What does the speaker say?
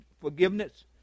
forgiveness